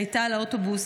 שהייתה על האוטובוס,